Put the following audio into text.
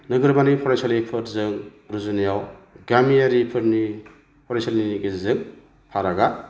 नोगोरमानि फरायसालिफोरजों रुजुनायाव गामियारिफोरनि फरायसालिनि गेजेरजों फारागा